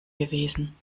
gewesen